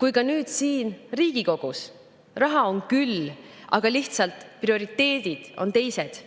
kui ka siin Riigikogus. Raha on küll, aga lihtsalt prioriteedid on teised.